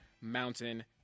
mountain